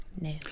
No